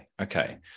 Okay